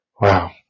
Wow